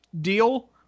deal